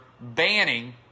banning